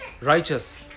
righteous